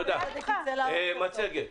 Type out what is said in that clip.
מצגת,